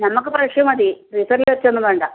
നമുക്ക് ഫ്രഷ് മതി ഫ്രീസറിൽ വച്ചത് ഒന്നും വേണ്ട